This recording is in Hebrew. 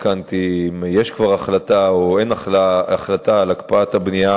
אם יש החלטה או אין החלטה על הקפאת הבנייה